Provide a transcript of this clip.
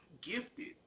gifted